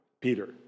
Peter